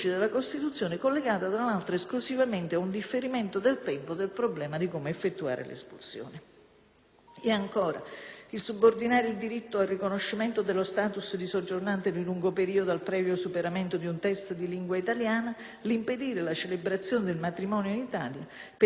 subordinano il diritto al riconoscimento dello *status* di soggiornante di lungo periodo al previo superamento di un test di lingua italiana; impediscono la celebrazione del matrimonio in Italia per gli stranieri che non esibiscano un documento attestante la regolarità del soggiorno (in violazione degli